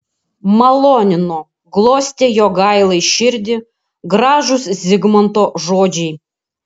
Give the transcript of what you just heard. malonino glostė jogailai širdį gražūs zigmanto žodžiai